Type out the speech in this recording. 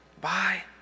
bye